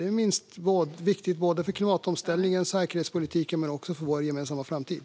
Det är viktigt för både klimatomställningen och säkerhetspolitiken men också för vår gemensamma framtid.